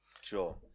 sure